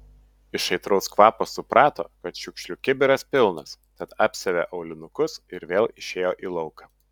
iš aitraus kvapo suprato kad šiukšlių kibiras pilnas tad apsiavė aulinukus ir vėl išėjo į lauką